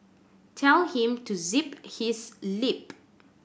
tell him to zip his lip